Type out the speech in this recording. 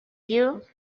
you